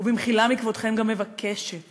ובמחילה מכבודכם, גם מבקשת